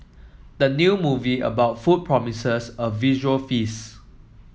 the new movie about food promises a visual feast